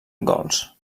gols